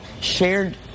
shared